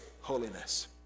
holiness